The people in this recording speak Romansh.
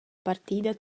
partida